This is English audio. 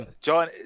John